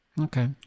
Okay